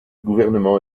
gouvernement